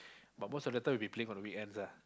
but most of the time we will be playing on the weekends ah